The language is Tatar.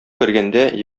кергәндә